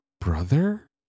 brother